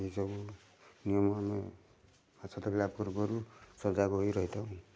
ଏହି ସବୁ ନିୟମ ଆମେ ମାଛ ଧରିଲା ପୂର୍ବରୁ ସଜାଗ ହୋଇ ରହିଥାଉ